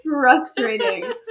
frustrating